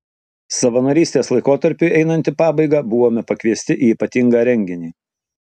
savanorystės laikotarpiui einant į pabaigą buvome pakviesti į ypatingą renginį